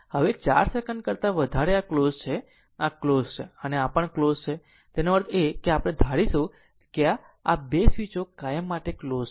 હવે 4 સેકંડ કરતા વધારે આ ક્લોઝ છે આ ક્લોઝ છે અને આ પણ ક્લોઝ છે તેનો અર્થ એ કે આપણે ધારીશું કે આ 2 સ્વીચો કાયમ માટે ક્લોઝ છે